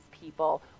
people